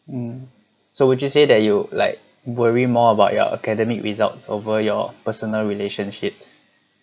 um so would you say that you like worry more about your academic results over your personal relationships